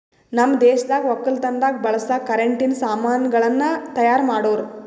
ನಮ್ ದೇಶದಾಗ್ ವಕ್ಕಲತನದಾಗ್ ಬಳಸ ಕರೆಂಟಿನ ಸಾಮಾನ್ ಗಳನ್ನ್ ತೈಯಾರ್ ಮಾಡೋರ್